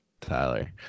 Tyler